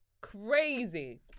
Crazy